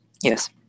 yes